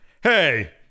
hey